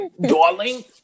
Darling